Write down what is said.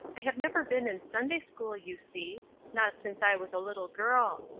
i have never been in sunday-school, you see not since i was a little girl.